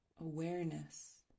Awareness